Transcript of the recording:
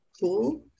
cool